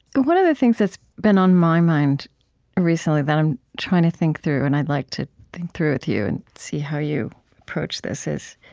and one of the things that's been on my mind recently that i'm trying to think through, and i'd like to think through with you and see how you approach this, is